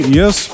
yes